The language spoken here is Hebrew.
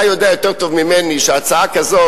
אתה יודע יותר טוב ממני שהצעה כזאת,